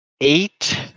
eight